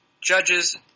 judges